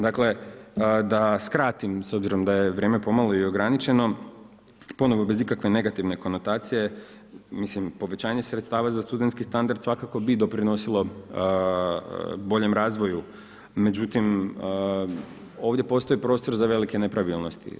Dakle da skratim s obzirom da je vrijeme pomalo i ograničeno, ponovo bez ikakve negativne konotacije, povećanje sredstava za studentski standard svakako bi doprinosilo boljem razvoju, međutim ovdje postoji prostor za velike nepravilnosti.